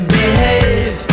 behave